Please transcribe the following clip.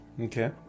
Okay